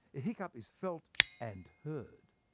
a hiccup is felt and heard.